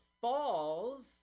falls